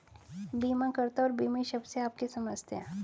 बीमाकर्ता और बीमित शब्द से आप क्या समझते हैं?